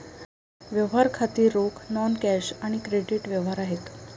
व्यवहार खाती रोख, नॉन कॅश आणि क्रेडिट व्यवहार आहेत